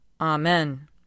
Amen